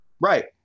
Right